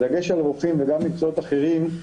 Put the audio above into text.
בדגש על רופאים וגם מקצועות אחרים,